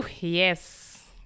Yes